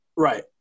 right